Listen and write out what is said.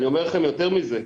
אני אומר לכם יותר מזה: